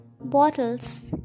bottles